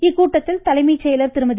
இக்கூட்டத்தில் தலைமைச் செயல் திருமதி